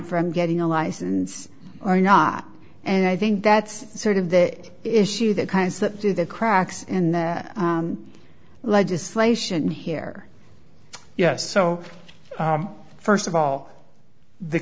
from getting a license or not and i think that's sort of that issue that kind of slipped through the cracks in the legislation here yes so first of all the